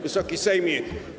Wysoki Sejmie!